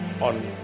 on